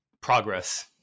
Progress